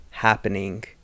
Happening